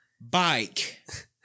bike